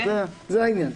זה העניין.